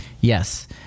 Yes